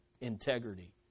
Integrity